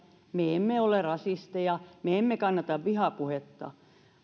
me emme ole rasisteja me emme kannata vihapuhetta